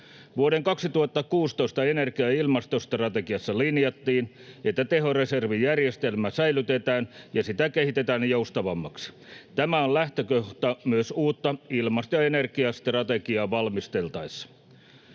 Vuoden 2016 energia- ja ilmastostrategiassa linjattiin, että tehoreservijärjestelmä säilytetään ja sitä kehitetään joustavammaksi. Tämä on lähtökohta myös uutta ilmasto- ja energiastrategiaa valmisteltaessa.